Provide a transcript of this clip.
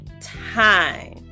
time